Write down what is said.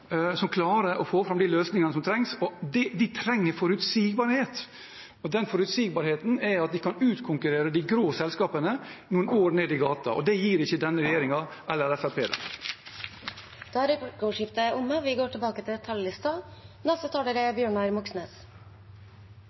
som klarer å få fram de løsningene som trengs. De trenger forutsigbarhet, og den forutsigbarheten er at de kan utkonkurrere de grå selskapene. Det gir ikke denne regjeringen eller Fremskrittspartiet dem. Replikkordskiftet er omme. Så kom endelig regjeringen Solbergs klimaplan. På Ytring skrev statsråden i februar: «Klimapolitikken er